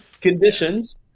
conditions